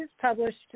published